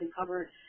covered